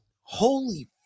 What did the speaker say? Holy